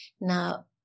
Now